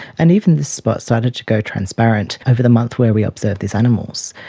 and even this spot started to go transparent over the months where we observed these animals.